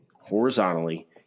horizontally